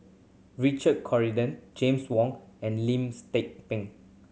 Richard Corridon James Wong and Lim's Tze Peng